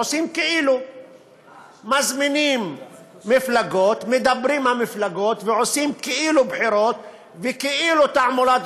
אנחנו עוברים להצעת חוק שירות המילואים (תיקון,